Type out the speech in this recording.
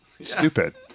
Stupid